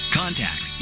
contact